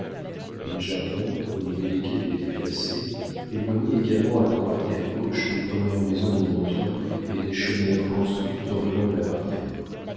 les jardins au milieu desquels il était placé l'éloignaient également à droite et à gauche des premières maisons de montreuil et des chaumières construites aux environs de la barrière